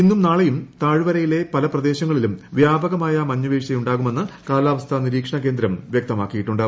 ഇന്നും നാള്ളെയും താഴ്വരയിലെ പല പ്രദേശങ്ങളിലും വ്യാപക്കമായ് മഞ്ഞുവീഴ്ചയുണ്ടാകുമെന്ന് കാലാവസ്ഥാ നിരീക്ഷ്ട്ണ് കേന്ദ്രം വ്യക്തമാക്കിയിട്ടുണ്ട്